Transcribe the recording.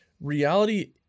reality